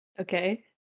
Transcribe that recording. Okay